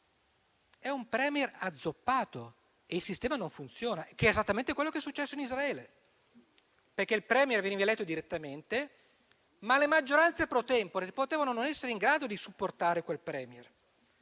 è un *Premier* azzoppato e il sistema non funziona. Questo è esattamente quello che è successo in Israele: il *Premier* veniva eletto direttamente, ma le maggioranze *pro tempore* potevano non essere in grado di supportare quel *Premier*.